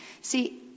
See